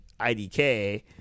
IDK